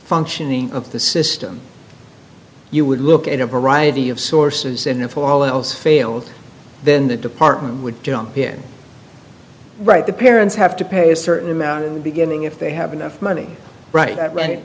functioning of the system you would look at a variety of sources and if all else failed then the department would jump in right the parents have to pay a certain amount in the beginning if they have enough money right